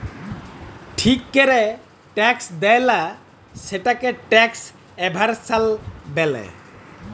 ঠিক ক্যরে ট্যাক্স দেয়লা, সেটকে ট্যাক্স এভাসল ব্যলে